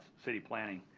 city planning.